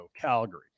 Calgary